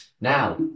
now